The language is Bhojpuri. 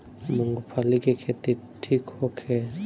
मूँगफली के खेती ठीक होखे?